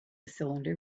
cylinder